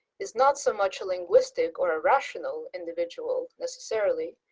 is not so much a long wistic or a rational individual necessarily,